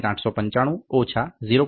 895 - 0